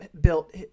built